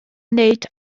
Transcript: wneud